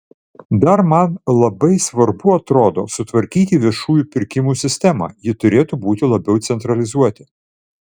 dar man labai svarbu atrodo sutvarkyti viešųjų pirkimų sistemą ji turėtų būti labiau centralizuoti